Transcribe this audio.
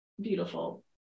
beautiful